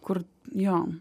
kur jo